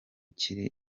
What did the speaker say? kiri